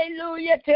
hallelujah